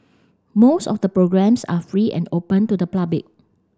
most of the programmes are free and open to the public